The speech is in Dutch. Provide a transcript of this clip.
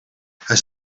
hij